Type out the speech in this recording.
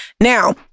Now